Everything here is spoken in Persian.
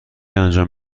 انجام